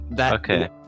Okay